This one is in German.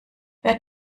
wer